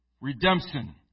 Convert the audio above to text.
redemption